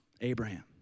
Abraham